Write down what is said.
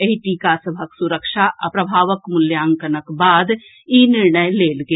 एहि टीका सभक सुरक्षा आ प्रभावक मूल्यांकनक बाद ई निर्णय लेल गेल